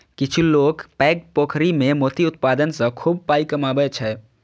किछु लोक पैघ पोखरि मे मोती उत्पादन सं खूब पाइ कमबै छै